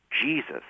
Jesus